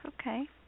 okay